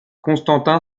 constantin